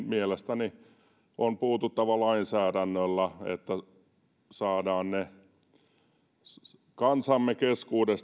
mielestäni tähän on puututtava lainsäädännöllä että saadaan jonkinlainen suoja kansamme keskuuteen